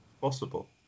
Possible